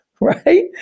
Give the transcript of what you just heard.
Right